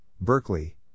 Berkeley